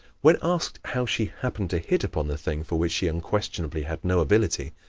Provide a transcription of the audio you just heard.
when asked how she happened to hit upon the thing for which she unquestionably had no ability,